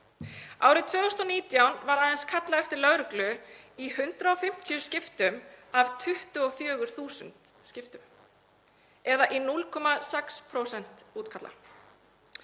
Árið 2019 var aðeins kallað eftir lögreglu í 150 af 24.000 skiptum eða í 0,6% útkalla.